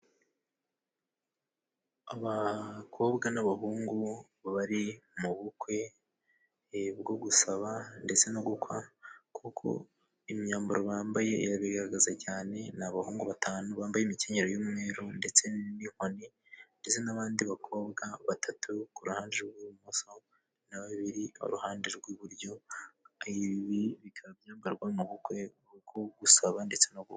Abakobwa n'abahungu bari mu bukwe bwo gusaba ndetse no gukwa, kuko imyambaro bambaye irabigaragaza cyane. Ni abahungu batanu bambaye imikenyero y'umweru, ndetse n'inkoni ndetse n'abandi bakobwa batatu ku ruhande rw'ibumoso na babiri iruhande rw'iburyo. Ibi bikaba byambarwa mu bukwe bwo gusaba ndetse no gukwa.